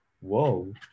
Whoa